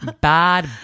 Bad